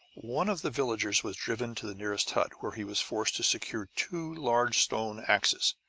one of the villagers was driven to the nearest hut, where he was forced to secure two large stone axes.